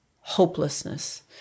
hopelessness